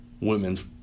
women's